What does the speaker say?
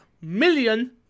million